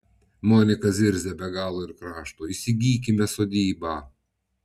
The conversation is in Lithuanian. monika zirzia be galo ir krašto įsigykime sodybą